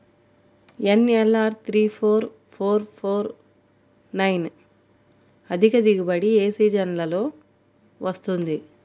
NLR three four four four nine అధిక దిగుబడి ఏ సీజన్లలో వస్తుంది?